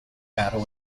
battle